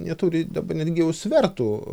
neturi dabar netgi jau svertų